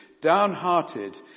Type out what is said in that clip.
downhearted